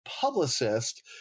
publicist